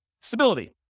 Stability